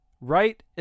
right